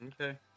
Okay